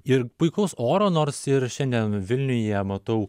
ir puikaus oro nors ir šiandien vilniuje matau